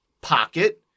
pocket